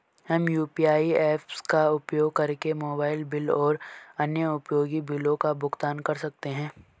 हम UPI apps का उपयोग करके मोबाइल बिल और अन्य उपयोगी बिलों का भुगतान कर सकते हैं